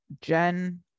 jen